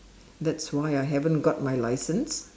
that's why I haven't got my license